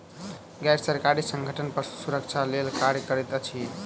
गैर सरकारी संगठन पशु सुरक्षा लेल कार्य करैत अछि